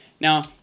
Now